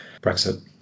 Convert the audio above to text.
Brexit